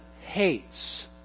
hates